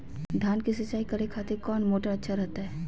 धान की सिंचाई करे खातिर कौन मोटर अच्छा रहतय?